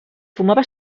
fumava